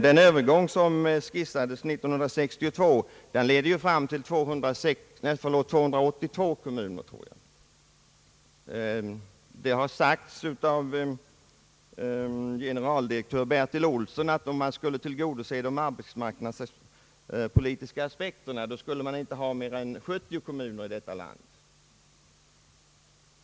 Den övergång som skisserades år 1962 ledde fram till 282 kommuner. Generaldirektör Bertil Olsson i arbetsmarknadsstyrelsen har sagt att man, om man skulle tillgodose de arbetsmarknadspolitiska aspekterna, inte borde ha mer än 70 kommuner i detta land.